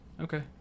Okay